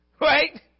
Right